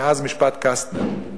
מאז משפט קסטנר.